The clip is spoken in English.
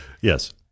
Yes